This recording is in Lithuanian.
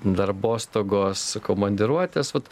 darbostogos komandiruotės vat